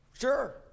Sure